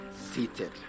seated